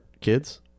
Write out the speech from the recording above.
kids